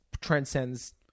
transcends